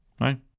right